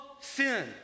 sin